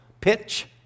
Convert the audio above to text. pitch